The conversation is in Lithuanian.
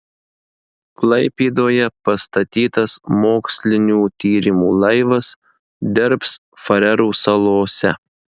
klaipėdoje pastatytas mokslinių tyrimų laivas dirbs farerų salose